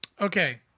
Okay